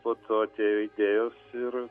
po to atėjo idėjos ir